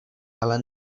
ale